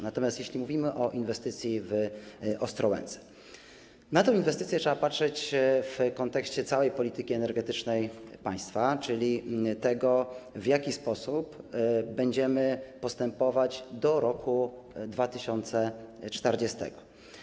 Natomiast jeśli mówimy o inwestycji w Ostrołęce, to na tę inwestycję trzeba patrzeć w kontekście całej polityki energetycznej państwa, czyli tego, w jaki sposób będziemy postępować do roku 2040.